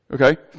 okay